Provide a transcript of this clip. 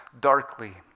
darkly